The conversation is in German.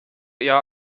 eher